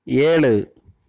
ஏழு